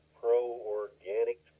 pro-organic